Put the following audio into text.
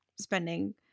spending